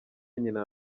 nyina